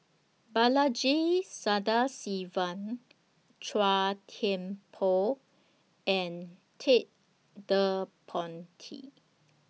Balaji Sadasivan Chua Thian Poh and Ted De Ponti